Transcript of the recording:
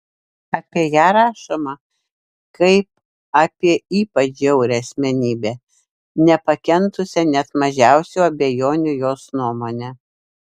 apie ją rašoma kaip apie ypač žiaurią asmenybę nepakentusią net mažiausių abejonių jos nuomone